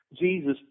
Jesus